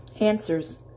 answers